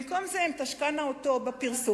במקום זה הן תשקענה אותו בפרסום.